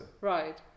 right